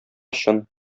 чын